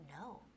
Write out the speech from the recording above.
no